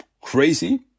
crazy